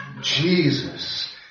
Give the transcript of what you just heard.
Jesus